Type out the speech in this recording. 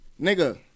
Nigga